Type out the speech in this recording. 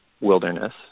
wilderness